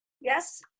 yes